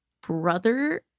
brother